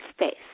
space